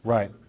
Right